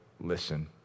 listen